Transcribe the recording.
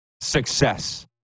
success